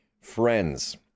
friends